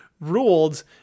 ruled